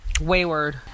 Wayward